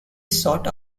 sought